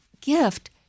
gift